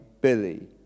Billy